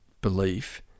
belief